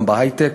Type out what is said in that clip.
גם בהיי-טק.